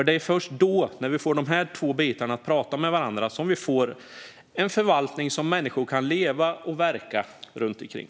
Det är först när vi får de två bitarna att prata med varandra som vi får en förvaltning som människor kan leva och verka kring.